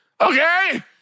Okay